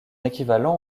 équivalent